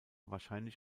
wahrscheinlich